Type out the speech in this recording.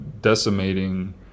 decimating